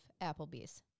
Applebee's